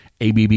ABB